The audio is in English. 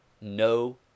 no